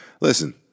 listen